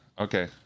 okay